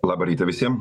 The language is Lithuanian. labą rytą visiem